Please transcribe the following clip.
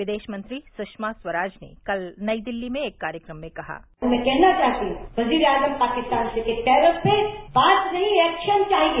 विदेश मंत्री सुषमा स्वराज ने कल नई दिल्ली में एक कार्यक्रम में कहा मैं कहना चाहती हूं वजीरे आजम पाकिस्तान से कि टेरर पे बात नहीं एक्शन चाहिए